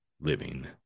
living